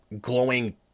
glowing